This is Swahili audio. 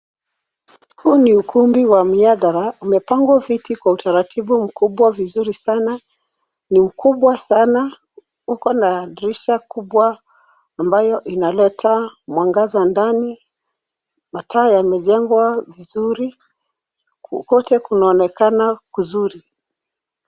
Huu ni ukumbi wa mihadara umepangwa fiti kwa utaratibu mkubwa vizuri sana ni mkubwa sana uko na dirisha kubwa ambayo inaleta mwangaza ndani na taa yamejengwa vizuri huku kwotw kunaonekana kuzuri.